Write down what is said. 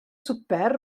swper